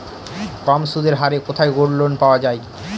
কম সুদের হারে কোথায় গোল্ডলোন পাওয়া য়ায়?